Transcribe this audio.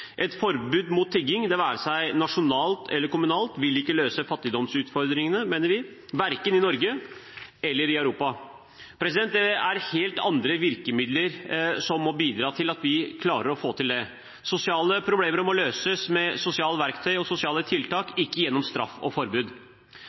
Et forbud mot tigging, det være seg nasjonalt eller kommunalt, vil ikke løse fattigdomsutfordringene, mener vi, verken i Norge eller i Europa. Det er helt andre virkemidler som må bidra til at vi klarer å få til det. Sosiale problemer må løses med sosiale verktøy og sosiale tiltak, ikke gjennom straff og forbud.